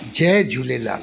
Jay Jhulelal